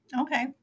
Okay